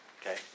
okay